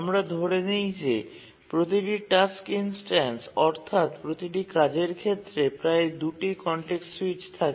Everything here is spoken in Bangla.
আমরা ধরে নিই যে প্রতিটি টাস্ক ইনস্ট্যান্স অর্থাত্ প্রতিটি কাজের ক্ষেত্রে প্রায় ২ টি কনটেক্সট সুইচ থাকে